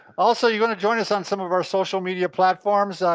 also you're gonna a join us on some of our social media platforms,